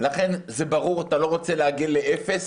לכן זה ברור שאתה לא רוצה לעגל לאפס,